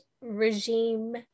regime